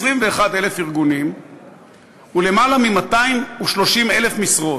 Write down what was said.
25,000 ארגונים ולמעלה מ-230,000 משרות.